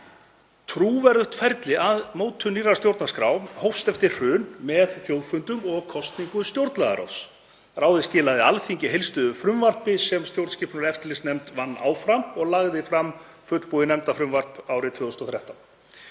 Trúverðugt ferli við mótun nýrrar stjórnarskrár hófst eftir hrun með þjóðfundum og kosningu stjórnlagaráðs. Ráðið skilaði Alþingi heildstæðu frumvarpi sem stjórnskipunar- og eftirlitsnefnd vann áfram og lagði fram fullbúið nefndarfrumvarp árið 2013.